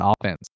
offense